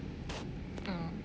mm